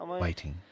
waiting